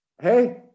Hey